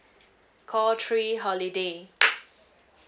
call three holiday